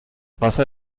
wasser